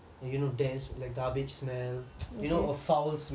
like you know dense like garbage smell you know a foul smell